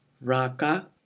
Raka